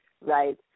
right